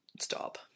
Stop